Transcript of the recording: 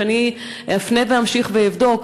שאפנה ואמשיך ואבדוק.